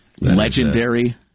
Legendary